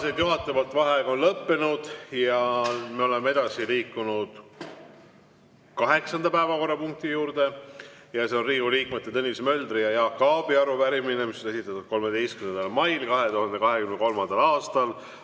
võetud vaheaeg on lõppenud. Me oleme edasi liikunud kaheksanda päevakorrapunkti juurde. See on Riigikogu liikmete Tõnis Möldri ja Jaak Aabi arupärimine, mis on esitatud 13. mail 2023. aastal.